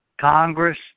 Congress